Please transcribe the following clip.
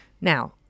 Now